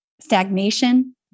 stagnation